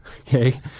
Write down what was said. Okay